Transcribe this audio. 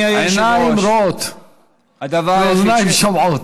עיניים רואות ואוזניים שומעות.